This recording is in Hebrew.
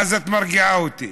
אז את מרגיעה אותי.